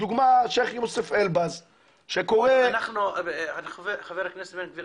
לדוגמה השייח' יוסוף אלבז שקורא --- חבר הכנסת בן גביר,